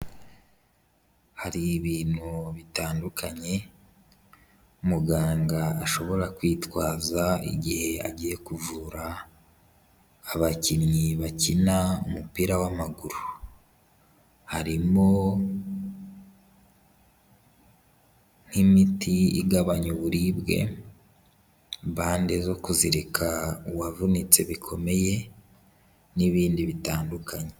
Hari ibintu bitandukanye muganga ashobora kwitwaza igihe agiye kuvura abakinnyi bakina umupira w'amaguru, harimo nk'imiti igabanya uburibwe, bande zo kuzirika uwavunitse bikomeye, n'ibindi bitandukanye.